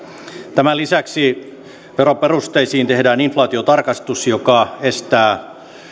tämän lisäksi veroperusteisiin tehdään inflaatiotarkastus joka estää